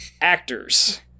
actors